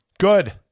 Good